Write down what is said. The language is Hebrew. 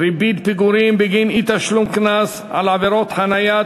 (ריבית פיגורים בגין אי-תשלום קנס על עבירות חניה),